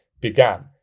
began